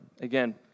again